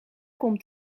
komt